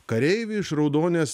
kareiviai iš raudonės